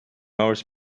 hours